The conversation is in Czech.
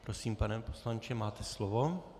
Prosím, pane poslanče, máte slovo.